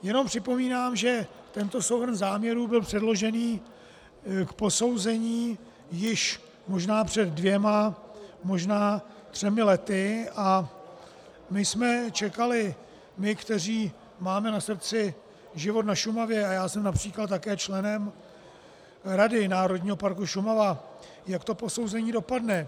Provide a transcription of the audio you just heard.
Jenom připomínám, že tento souhrn záměrů byl předložený k posouzení již možná před dvěma, možná třemi lety a my jsme čekali, my, kteří máme na srdci život na Šumavě a já jsem také například členem Rady Národního parku Šumava , jak to posouzení dopadne.